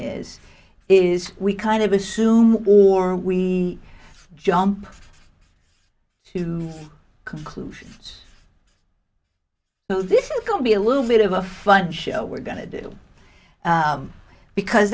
is is we kind of assume or we jump to conclusions oh this is going to be a little bit of a fun show we're going to do because